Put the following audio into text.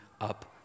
up